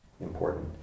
important